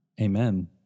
amen